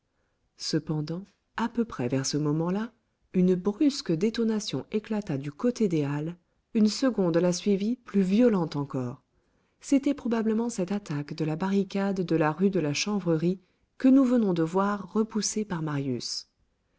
cependant à peu près vers ce moment-là une brusque détonation éclata du côté des halles une seconde la suivit plus violente encore c'était probablement cette attaque de la barricade de la rue de la chanvrerie que nous venons de voir repoussée par marius